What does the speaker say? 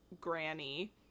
Granny